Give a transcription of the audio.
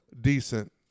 decent